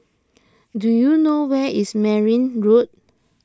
do you know where is Merryn Road